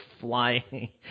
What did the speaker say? flying